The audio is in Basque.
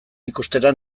ikustera